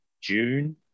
June